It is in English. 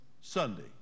Sunday